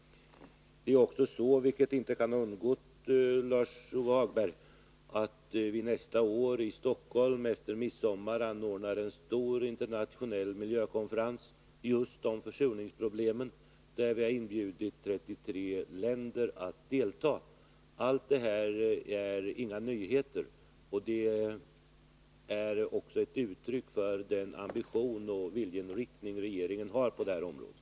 Det är också så — vilket väl inte kan ha undgått Lars-Ove Hagberg — att vi nästa år efter midsommar anordnar, en stor internationell miljökonferens i Stockholm om just försurningsproblemen, varvid vi har inbjudit 33 länder att delta. Detta är ju inga nyheter. Allt detta är också ett uttryck för regeringens ambition och viljeinriktning på det här området.